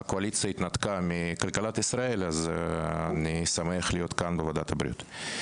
הקואליציה התנתקה מכלכלת ישראל אז אני שמח להיות כאן בוועדת הבריאות.